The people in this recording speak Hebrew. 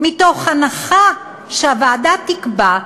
מתוך הנחה שהוועדה תקבע,